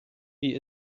wie